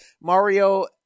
Mario